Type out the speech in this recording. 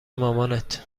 مامانت